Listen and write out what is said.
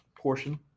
portion